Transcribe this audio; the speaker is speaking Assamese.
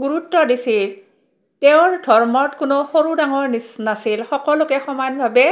গুৰুত্ব দিছিল তেওঁৰ ধৰ্মত কোনো সৰু ডাঙৰ নিচ নাছিল সকলোকে সমানভাৱে